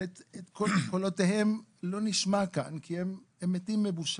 אבל את קולותיהם לא נשמע כאן, כי הם מתים מבושה.